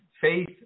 faith